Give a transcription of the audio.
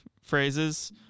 phrases